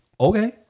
Okay